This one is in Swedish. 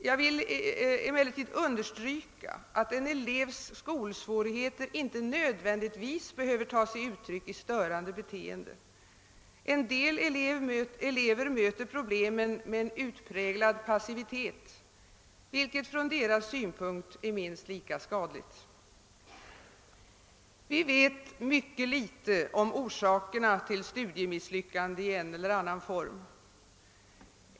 Jag vill emellertid understryka att en elevs skolsvårigheter inte nödvändigtvis behöver ta sig uttryck i störande beteende. Vissa elever möter problemen med en utpräglad passivitet, vilket från deras egen synpunkt är minst lika skadligt. Vi vet mycket litet om orsakerna till studiemisslyckande i en eller annan form.